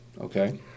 Okay